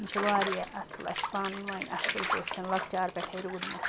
یِم چھِ واریاہ اَصٕل اَسہِ چھِ پَانہٕ ؤنۍ اَصٕل پٲٹھۍ لۄکچار پٮ۪ٹھَے روٗدمُت